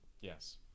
yes